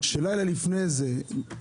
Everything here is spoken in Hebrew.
שלילה לפני זה,